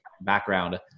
background